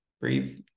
breathe